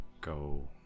go